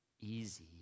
easy